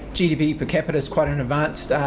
gdp per capita is quite an advanced